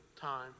time